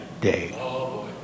day